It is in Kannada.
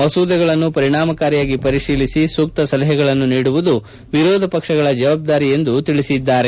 ಮಸೂದೆಗಳನ್ನು ಪರಿಣಾಮಕಾರಿಯಾಗಿ ಪರಿತೀಲಿಸಿ ಸೂಕ್ತ ಸಲಹೆಗಳನ್ನು ನೀಡುವುದು ವಿರೋಧ ಪಕ್ಷಗಳ ಜವಾಬ್ದಾರಿ ಎಂದು ಹೇಳಿದ್ದಾರೆ